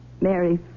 Mary